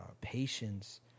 patience